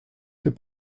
fait